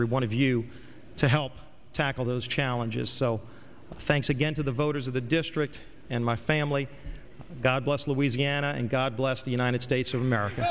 every one of you to help tackle those challenges so thanks again to the voters of the district and my family god bless louisiana and god bless the united states of america